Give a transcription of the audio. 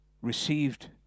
received